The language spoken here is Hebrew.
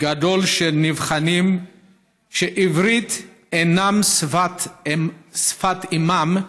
גדול של נבחנים שעברית אינה שפת אימם,